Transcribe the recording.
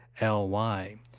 L-Y